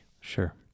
Sure